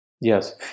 Yes